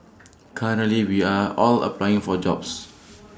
currently we are all applying for jobs